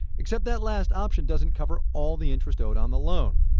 except, that last option doesn't cover all the interest owed on the loan.